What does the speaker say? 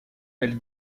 elle